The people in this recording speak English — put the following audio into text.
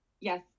yes